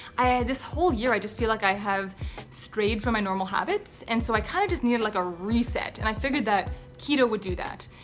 i this whole year i just feel like i have strayed from my normal habits and so i kind of just needed like a reset and i figured that keto would do that.